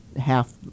half